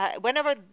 Whenever